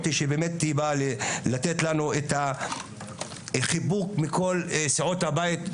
שבאמת היא באה לתת לנו את החיבוק מכל סיעות הבית,